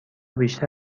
بیشتر